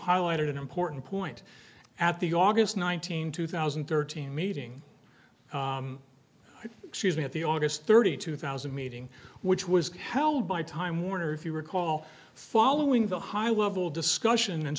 highlighted an important point at the august nineteenth two thousand and thirteen meeting excuse me at the august thirty two thousand meeting which was held by time warner if you recall following the high level discussion and